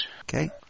Okay